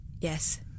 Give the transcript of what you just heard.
yes